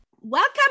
Welcome